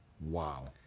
Wow